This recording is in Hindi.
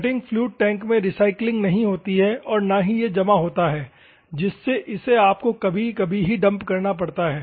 कटिंग फ्लुइड टैंक में रीसाइक्लिंग नहीं होती है और ना ही ये जमा होता है जिससे इसे आपको कभी कभी ही डंप करना पड़ता है